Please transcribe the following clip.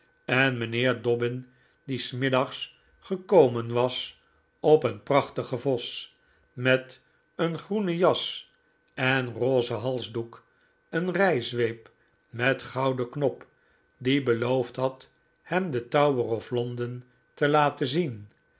en mijnheer dobbin die s middags gekomen was op een prachtigen vos met een groene jas en rosen halsdoek een rijzweep met gouden knop die beloofd had hem de tower of london te laten zien